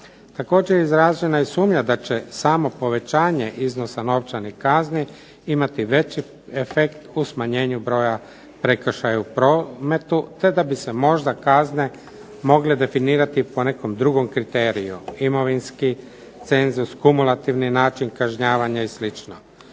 Također, izražena je sumnja da će samo povećanje iznosa novčanih kazni imati veći efekt u smanjenju broja prekršaja u prometu te da bi se možda kazne mogle definirati po nekakvom drugom kriteriju, imovinski, cenzus, kumulativni način kažnjavanja i